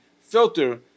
filter